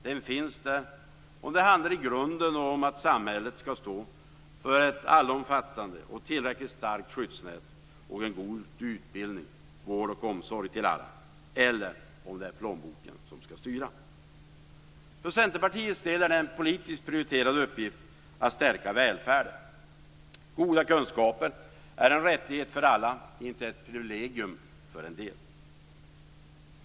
Den finns där, och den handlar i grunden om ifall samhället skall stå för ett allomfattande och tillräckligt starkt skyddsnät och en god utbildning, vård och omsorg till alla eller om plånboken skall styra. För Centerpartiet är det en politiskt prioriterad uppgift att stärka välfärden. Goda kunskaper är en rättighet för alla, inte ett privilegium för en del.